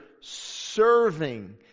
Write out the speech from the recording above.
serving